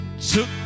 Took